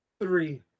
three